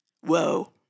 Whoa